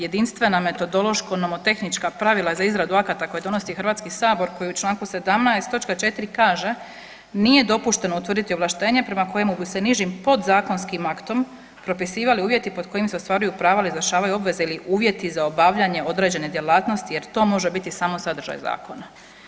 Jedinstvena metodološko-nomotehnička pravila za izradu akata koje donosi Hrvatski sabor, koji u članku 17. točka 4. kaže, nije dopušteno utvrditi ovlaštenje prema kojemu bi se nižim podzakonskim aktom propisivali uvjeti pod kojim se ostvaruju prava ili izvršavaju obveza ili uvjeti za obavljanje određene djelatnosti, jer to može biti smo sadržaj Zakona.